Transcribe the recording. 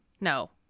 No